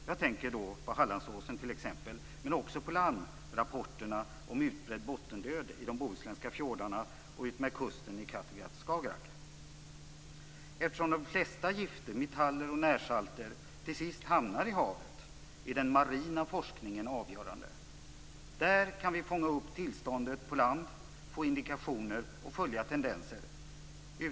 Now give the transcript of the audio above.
Jag tänker på t.ex. Hallandsåsen, men också på larmrapporterna om utbredd bottendöd i de bohuslänska fjordarna och utmed kusten i Kattegatt och Skagerrak. Eftersom de flesta gifter, metaller och närsalter, till sist hamnar i havet är den marina forskningen avgörande. Där kan vi fånga upp tillståndet på land, få indikationer och följa tendenser.